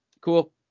cool